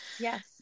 yes